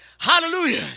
Hallelujah